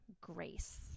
grace